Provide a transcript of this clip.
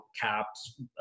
caps